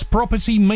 Property